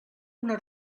una